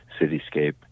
cityscape